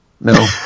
No